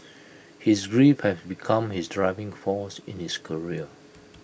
his grief had become his driving force in his career